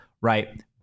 right